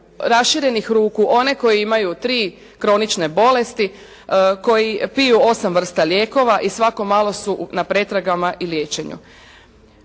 raširenih ruku one koji imaju tri kronične bolesti, koji imaju osam vrsta lijekova i svako malo su na pretragama i liječenju.